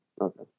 Okay